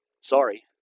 Sorry